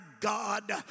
God